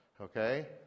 okay